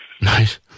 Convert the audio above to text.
Nice